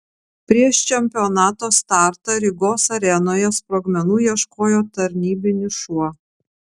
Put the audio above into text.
prieš čempionato startą rygos arenoje sprogmenų ieškojo tarnybinis šuo